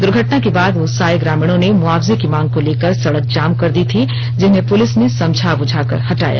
दुर्घटना के बाद गुस्साये ग्रामीणों ने मुआवजे की मांग को लेकर सड़क जाम कर दी थी जिन्हें पुलिस ने समझा बुझाकर हटाया